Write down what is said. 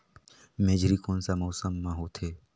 मेझरी कोन सा मौसम मां होथे?